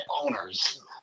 owners